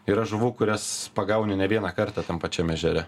yra žuvų kurias pagauni ne vieną kartą tam pačiam ežere